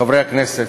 חברי הכנסת,